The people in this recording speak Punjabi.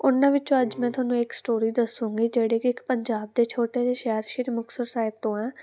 ਉਹਨਾਂ ਵਿੱਚੋਂ ਅੱਜ ਮੈਂ ਤੁਹਾਨੂੰ ਇੱਕ ਸਟੋਰੀ ਦੱਸੂੰਗੀ ਜਿਹੜੀ ਕਿ ਇੱਕ ਪੰਜਾਬ ਦੇ ਛੋਟੇ ਜਿਹੇ ਸ਼ਹਿਰ ਸ਼੍ਰੀ ਮੁਕਤਸਰ ਸਾਹਿਬ ਤੋਂ ਆਂ